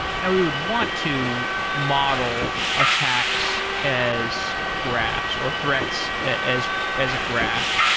now, we would want to model attacks as graphs or threats as as a graph,